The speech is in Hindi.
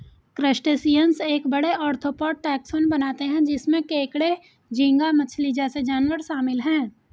क्रस्टेशियंस एक बड़े, आर्थ्रोपॉड टैक्सोन बनाते हैं जिसमें केकड़े, झींगा मछली जैसे जानवर शामिल हैं